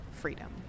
freedom